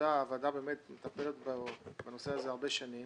הוועדה באמת מטפלת בנושא הבטיחות בעבודה כבר הרבה שנים.